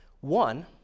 One